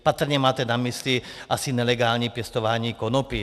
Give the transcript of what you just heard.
Patrně máte na mysli asi nelegální pěstování konopí.